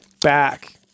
back